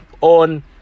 on